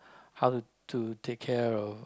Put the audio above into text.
how to take care of